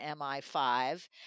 MI5